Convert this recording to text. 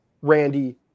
Randy